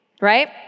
Right